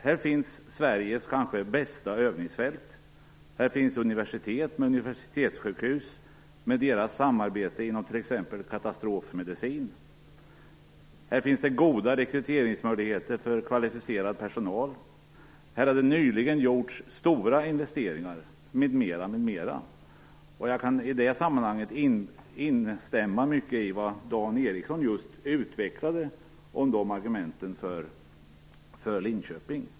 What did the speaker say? Här finns Sveriges kanske bästa övningsfält, här finns universitet med universitetssjukhus och deras samarbete inom t.ex. katastrofmedicin. Här finns goda rekryteringsmöjligheter för kvalificerad personal. Här har det nyligen gjorts stora investeringar, m.m. Jag kan i det sammanhanget instämma i många av de argument som Dan Ericsson just utvecklade för Linköping.